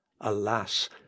alas